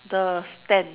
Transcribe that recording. the stand